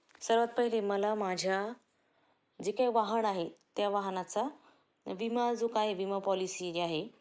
सर्वात पहिले मला माझ्या जे काय वाहन आहे त्या वाहनाचा विमा जो काय विमा पॉलिसी जे आहे